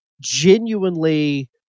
genuinely